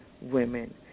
women